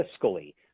fiscally